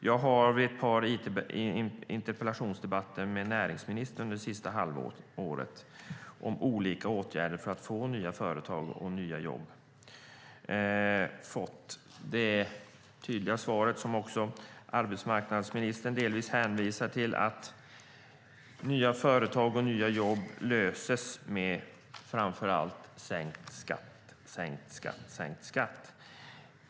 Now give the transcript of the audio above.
Jag har vid ett par interpellationsdebatter med näringsministern det senaste halvåret frågat om olika åtgärder för att få nya företag och nya jobb, och jag har fått det tydliga svaret, som arbetsmarknadsministern delvis hänvisar till, att nya företag och nya jobb skapas framför allt med hjälp av sänkt skatt, sänkt skatt och sänkt skatt.